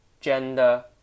gender